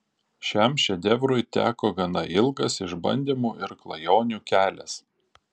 šiam šedevrui teko gana ilgas išbandymų ir klajonių kelias